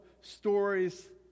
stories